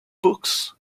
books